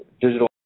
digital